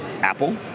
Apple